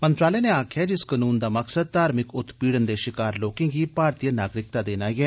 मंत्रालय नै आक्खेआ जे इस कनून दा मकसद धार्मिक उत्पीड़न दे षकार लोकें गी भारतीय नागरिकता देना ऐ